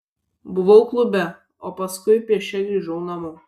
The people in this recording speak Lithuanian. buvau klube o paskui pėsčia grįžau namo